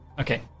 Okay